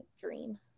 dream